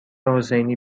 حسینی